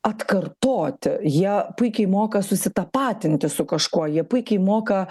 atkartoti jie puikiai moka susitapatinti su kažkuo jie puikiai moka